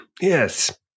Yes